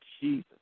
Jesus